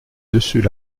dessus